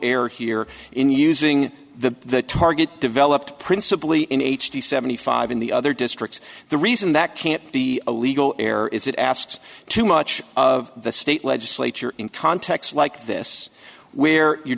error here in using the target developed principally in h d seventy five in the other districts the reason that can't be illegal error is it asks too much of the state legislature in context like this where you're